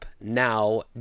now